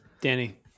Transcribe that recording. Danny